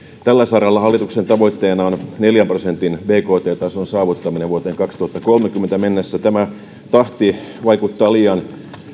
tällä saralla hallituksen tavoitteena on neljän prosentin bkt tason saavuttaminen vuoteen kaksituhattakolmekymmentä mennessä tämä tahti vaikuttaa liian